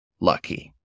lucky